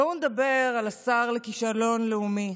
בואו נדבר על השר לכישלון לאומי.